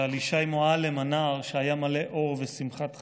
על ישי מועלם הנער, שהיה מלא אור ושמחת חיים,